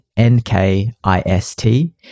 N-K-I-S-T